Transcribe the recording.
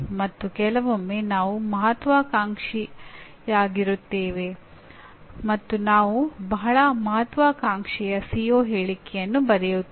ಮತ್ತು ಕೆಲವೊಮ್ಮೆ ನಾವು ಮಹತ್ವಾಕಾಂಕ್ಷೆಯವರಾಗಿರುತ್ತೇವೆ ಮತ್ತು ನಾವು ಬಹಳ ಮಹತ್ವಾಕಾಂಕ್ಷೆಯ ಸಿಒ ಹೇಳಿಕೆಯನ್ನು ಬರೆಯುತ್ತೇವೆ